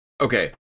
Okay